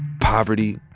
poverty,